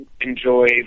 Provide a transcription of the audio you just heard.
enjoy